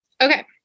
Okay